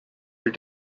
your